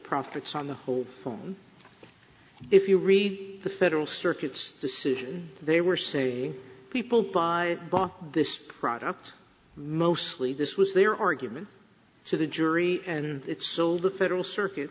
profits on the whole if you read the federal circuit's decision they were saying people buy this product mostly this was their argument to the jury and it sold the federal circuit